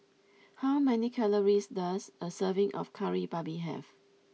how many calories does a serving of Kari Babi have